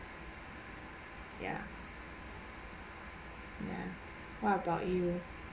ya ya what about you